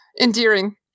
endearing